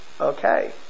okay